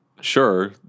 sure